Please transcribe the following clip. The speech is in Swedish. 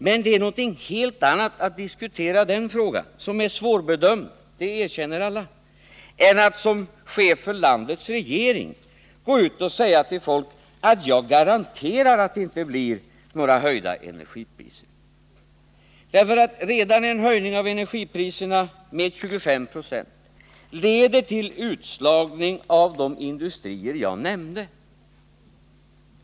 Men det är någonting helt annat att diskutera den frågan, som är svårbedömd — det erkänner alla —, än att som chef för landets regering gå och säga till folk: Jag garanterar att det inte blir några höjda energipriser. Redan en höjning av energipriserna med 25 96 leder till utslagning av de industrier jag räknade upp.